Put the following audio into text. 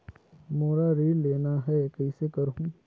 मोला ऋण लेना ह, कइसे करहुँ?